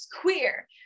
queer